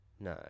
no